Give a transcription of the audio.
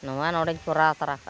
ᱱᱚᱣᱟ ᱱᱚᱸᱰᱮᱧ ᱠᱚᱨᱟᱣ ᱛᱚᱨᱟ ᱠᱟᱜᱼᱟ